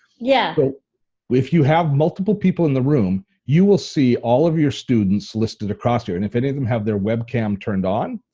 yeah. so if you have multiple people in the room, you will see all of your students listed across there and if any of them have their webcam turned on,